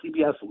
CBS